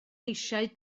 eisiau